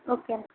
okay అండి